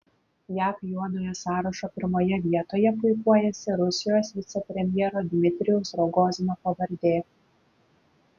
jav juodojo sąrašo pirmoje vietoje puikuojasi rusijos vicepremjero dmitrijaus rogozino pavardė